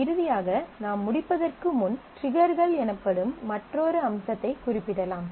இறுதியாக நாம் முடிப்பதற்கு முன் ட்ரிகர்கள் எனப்படும் மற்றொரு அம்சத்தைக் குறிப்பிடலாம்